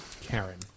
Karen